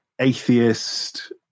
atheist